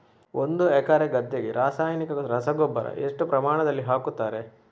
ಒಂದು ಎಕರೆ ಗದ್ದೆಗೆ ರಾಸಾಯನಿಕ ರಸಗೊಬ್ಬರ ಎಷ್ಟು ಪ್ರಮಾಣದಲ್ಲಿ ಹಾಕುತ್ತಾರೆ?